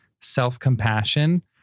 self-compassion